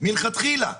מלכתחילה.